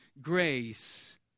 grace